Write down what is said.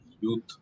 youth